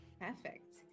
perfect